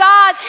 God